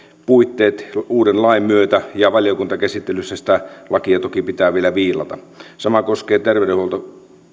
puitteet uuden lain myötä ja valiokuntakäsittelyssä sitä lakia toki pitää vielä viilata sama koskee tervey denhuollon